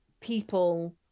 people